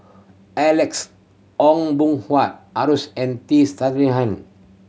Alex Ong Boon Hua and T